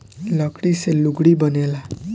लकड़ी से लुगड़ी बनेला